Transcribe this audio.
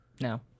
No